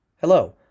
Hello